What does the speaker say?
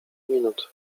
minut